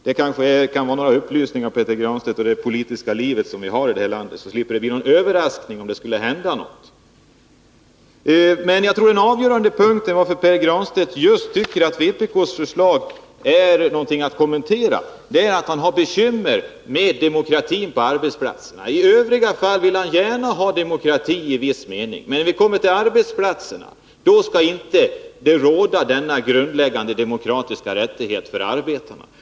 Det här kan vara några upplysningar till Pär Granstedt om det politiska livet i vårt land, så kanske det inte behöver bli någon överraskning om det skulle hända något. Avgörande för att Pär Granstedt tycker att vpk:s förslag är någonting att kommentera tror jag är att han har bekymmer med demokratin på arbetsplatserna. På andra områden vill han gärna ha demokrati i viss mening, men på arbetsplatserna skall det inte finnas några demokratiska rättigheter för arbetarna.